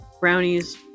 Brownies